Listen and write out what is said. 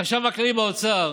החשב הכללי באוצר